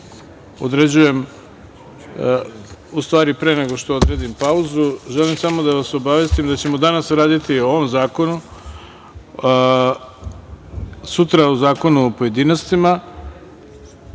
još nije stigao, pre nego što odredim pauzu, želim samo da vas obavestim da ćemo danas raditi o ovom zakonu, sutra o prvom zakonu u pojedinostima,